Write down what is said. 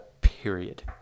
period